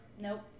Nope